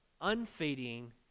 unfading